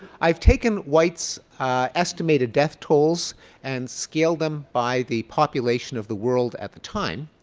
i've taken white's estimated death tolls and scaled them by the population of the world at the time.